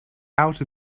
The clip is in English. out